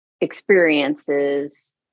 experiences